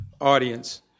audience